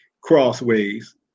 crossways